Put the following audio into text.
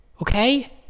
Okay